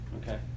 Okay